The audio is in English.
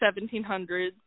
1700s